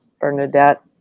bernadette